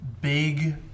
big